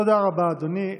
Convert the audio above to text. תודה רבה, אדוני.